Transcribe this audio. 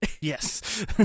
Yes